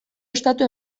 ostatu